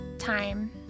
Time